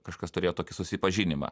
kažkas turėjo tokį susipažinimą